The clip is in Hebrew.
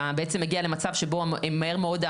אתה בעצם מגיע למצב שבו מהר מאוד,